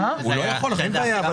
אין בעיה,